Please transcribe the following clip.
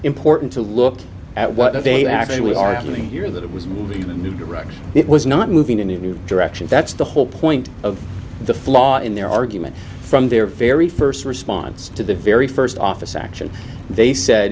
important to look at what they actually are doing here that it was moving to a new direction it was not moving in a new direction that's the whole point of the flaw in their argument from their very first response to the very first office action they said